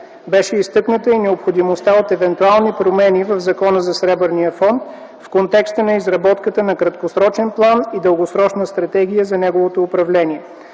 Беше изтъкната и необходимостта от евентуални промени в Закона за Сребърния фонд в контекста на изработката на краткосрочен план и дългосрочна стратегия за неговото управление.